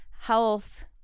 health